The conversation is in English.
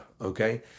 Okay